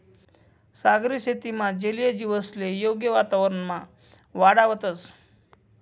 सागरी शेतीमा जलीय जीवसले योग्य वातावरणमा वाढावतंस